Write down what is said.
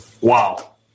Wow